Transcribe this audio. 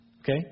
Okay